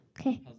Okay